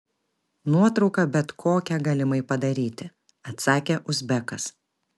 nuotrauką bet kokią galimai padaryti atsakė uzbekas